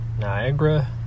niagara